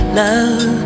love